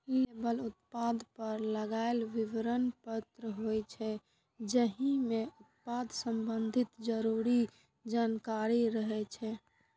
label उत्पाद पर लागल विवरण पत्र होइ छै, जाहि मे उत्पाद संबंधी जरूरी जानकारी रहै छै